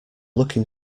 looking